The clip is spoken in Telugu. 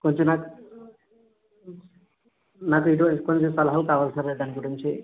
కొంచెం నాకు నాకు ఇటువంటి సలహాలు కావాలి సార్ దాని గురించి